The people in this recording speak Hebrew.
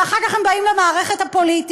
ואחר כך הם באים למערכת הפוליטית,